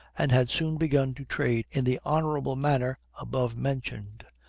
and had soon begun to trade in the honorable manner above mentioned.